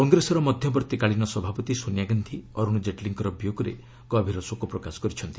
କଂଗ୍ରେସର ମଧ୍ୟବର୍ତ୍ତୀକାଳୀନ ସଭାପତି ସୋନିଆ ଗାନ୍ଧି ଅରୁଣ ଜେଟଲୀଙ୍କର ବିୟୋଗରେ ଗଭୀର ଶୋକ ପ୍ରକାଶ କରିଛନ୍ତି